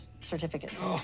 certificates